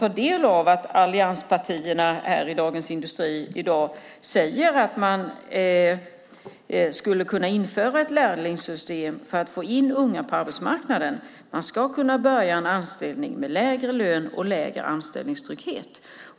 Allianspartierna säger i Dagens Industri i dag att man skulle kunna införa ett lärlingssystem för att få in unga på arbetsmarknaden. Man ska kunna börja en anställning med lägre lön och lägre anställningstrygghet.